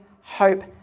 hope